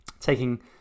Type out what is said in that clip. taking